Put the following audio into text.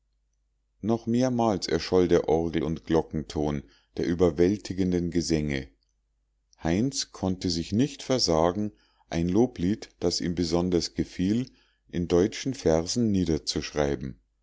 noch mehrmals erscholl der orgel und glockenton der überwältigenden gesänge heinz konnte sich nicht versagen ein loblied das ihm besonders gefiel in deutschen versen niederzuschreiben